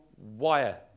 wire